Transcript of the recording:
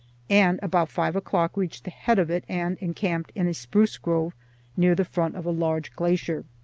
and about five o'clock reached the head of it and encamped in a spruce grove near the front of a large glacier.